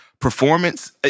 performance